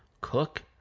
cook